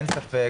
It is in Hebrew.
אין ספק